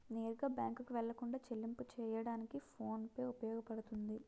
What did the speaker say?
నేరుగా బ్యాంకుకు వెళ్లకుండా చెల్లింపు చెయ్యడానికి ఫోన్ పే ఉపయోగపడుతుంది